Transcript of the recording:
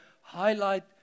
highlight